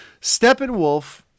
Steppenwolf